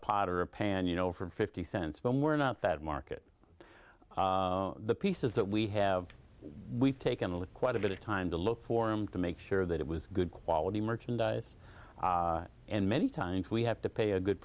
pot or a pan you know for fifty cents but we're not that market the pieces that we have we've taken a look quite a bit of time to look for him to make sure that it was good quality merchandise and many times we have to pay a good